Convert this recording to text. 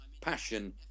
passion